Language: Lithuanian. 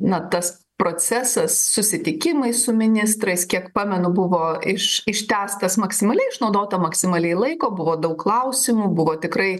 na tas procesas susitikimai su ministrais kiek pamenu buvo iš ištęstas maksimaliai išnaudota maksimaliai laiko buvo daug klausimų buvo tikrai